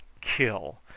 kill